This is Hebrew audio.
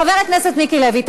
חבר הכנסת מיקי לוי,